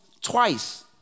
twice